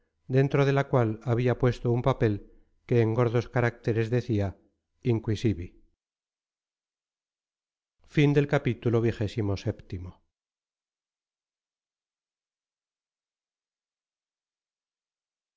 dentro de la cual había puesto un papel que en gordos caracteres decía inquisivi